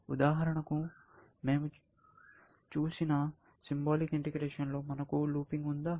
ఉదాహరణకు మేము చూసిన సింబాలిక్ ఇంటిగ్రేషన్ లో మనకు లూపింగ్ ఉందా